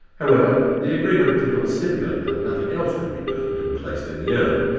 however, the agreement did not stipulate that nothing else could be burned and placed in the urn.